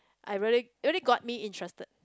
I really really got me interested